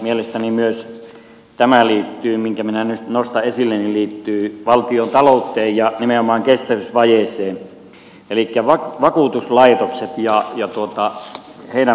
mielestäni myös tämä liittyy minkä minä nyt nostan esille valtiontalouteen ja nimenomaan kestävyysvajeeseen elikkä vakuutuslaitokset ja heidän maksatuksensa